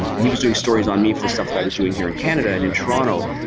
and he was doing stories on me for the stuff that i was doing here in canada and in toronto.